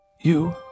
You